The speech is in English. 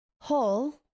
hole